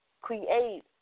create